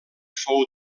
fou